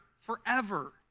forever